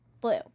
Blue